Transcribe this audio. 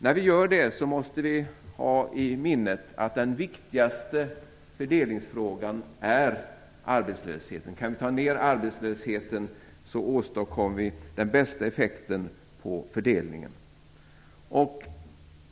När vi gör det måste vi ha i minnet att den viktigaste fördelningsfrågan är arbetslösheten. Kan vi ta ned arbetslösheten, åstadkommer vi den bästa effekten på fördelningen.